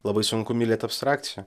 labai sunku mylėt abstrakciją